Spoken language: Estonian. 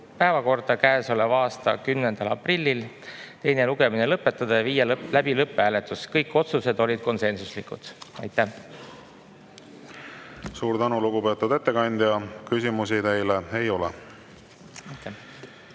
päevakorda käesoleva aasta 10. aprillil, teine lugemine lõpetada ja viia läbi lõpphääletus. Kõik otsused olid konsensuslikud. Aitäh! Suur tänu, lugupeetud ettekandja! Küsimusi teile ei ole.